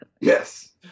Yes